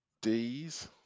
D's